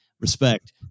respect